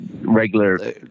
regular